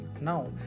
now